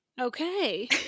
Okay